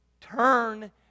Turn